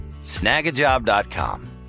Snagajob.com